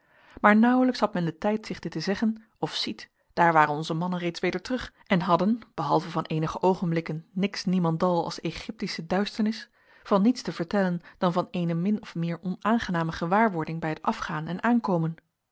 maar nauwelijks had men den tijd zich dit te zeggen of ziet daar waren onze mannen reeds weder terug en hadden behalve van eenige oogenblikken niks niemendal as egyptische duisternis van niets te vertellen dan van eene min of meer onaangename gewaarwording bij het afgaan en aankomen